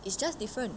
it's just different